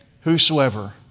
Whosoever